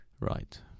Right